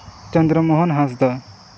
Chandra Mohan Hansda